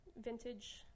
vintage